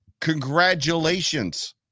Congratulations